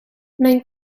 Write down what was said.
mijn